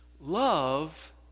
Love